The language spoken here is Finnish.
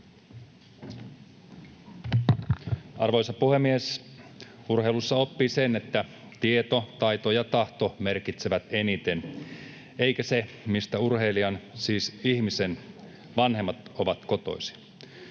Arvoisa puhemies! Urheilussa oppii sen, että tieto, taito ja tahto merkitsevät eniten eikä se, mistä urheilijan, siis ihmisen, vanhemmat ovat kotoisin.